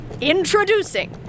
Introducing